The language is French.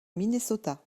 minnesota